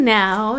now